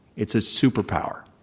it's a superpower.